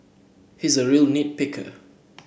he is a real nit picker